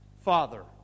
Father